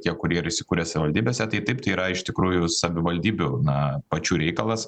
tie kurie yra įsikūrę savivaldybėse tai taip tai yra iš tikrųjų savivaldybių na pačių reikalas